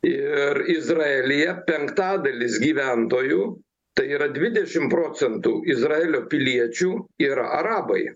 ir izraelyje penktadalis gyventojų tai yra dvidešim procentų izraelio piliečių yra arabai